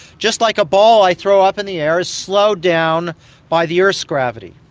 just like a ball i throw up in the air is slowed down by the earth's gravity.